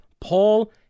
Paul